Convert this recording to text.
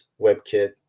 WebKit